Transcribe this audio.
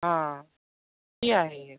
हां ती आहे